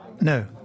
No